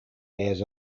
bears